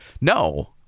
No